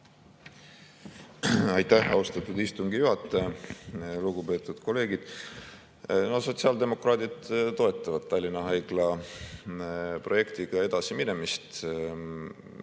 Aitäh, austatud istungi juhataja! Lugupeetud kolleegid! Sotsiaaldemokraadid toetavad Tallinna Haigla projektiga edasiminemist,